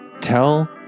tell